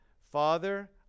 Father